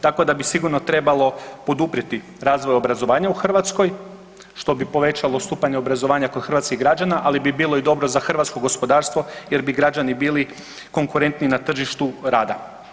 Tako da bi sigurno trebalo poduprijeti razvoj obrazovanja u Hrvatskoj što bi povećalo stupanj obrazovanja kod hrvatskih građana, ali bi bilo i dobro za hrvatsko gospodarstvo jer bi građani bili konkurentniji na tržištu rada.